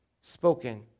spoken